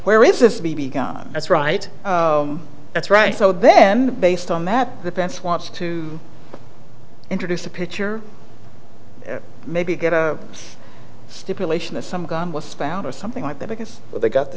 where is this b b gun that's right that's right so then based on that the press wants to introduce a picture maybe get a stipulation that some gun was found or something like that because they got the